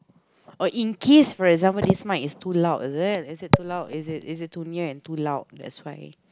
or in keys for example this mic is too loud is it is it too loud is it is it too near and too loud that's fine